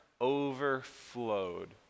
overflowed